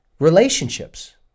relationships